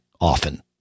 often